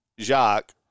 Jacques